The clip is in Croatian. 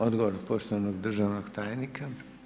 Odgovor poštovanog državnog tajnika.